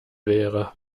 wäre